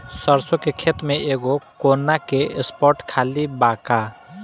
सरसों के खेत में एगो कोना के स्पॉट खाली बा का?